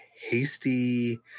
hasty